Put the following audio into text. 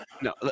no